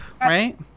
right